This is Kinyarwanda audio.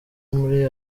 muri